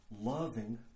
loving